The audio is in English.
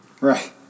Right